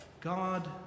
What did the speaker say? God